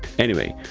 anyway,